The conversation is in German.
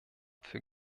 für